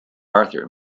arthur